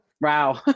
Wow